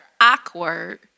awkward